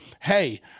hey